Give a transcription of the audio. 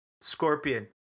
Scorpion